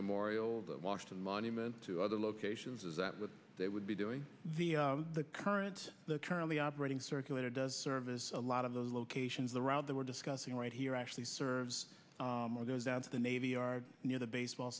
memorial the washington monument to other locations is that what they would be doing the the current the currently operating circulated does service a lot of those locations the route that we're discussing right here actually serves more goes down to the navy yard near the baseball